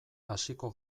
hasiko